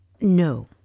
No